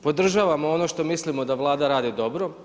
Podržavamo ono što mislimo da Vlada radi dobro.